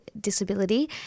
disability